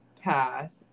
path